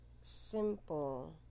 simple